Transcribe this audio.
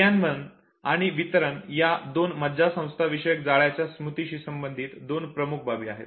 क्रियान्वयन आणि वितरण या दोन मज्जासंस्था विषयक जाळ्याच्या स्मृतीशी संबंधित दोन प्रमुख बाबी आहेत